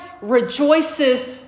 rejoices